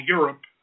Europe